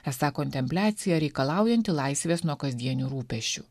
esą kontempliacija reikalaujanti laisvės nuo kasdienių rūpesčių